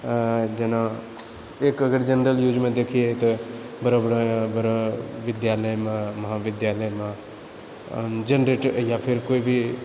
जेना एक अगर जनरल यूजमे देखिऐ तऽ बड़ा बड़ा बड़ा विद्यालयमे महाविद्यालयमे जेनरेटर या फिर कोइ भी